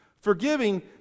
forgiving